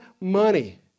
money